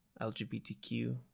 lgbtq